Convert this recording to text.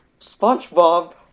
Spongebob